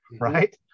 right